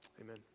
Amen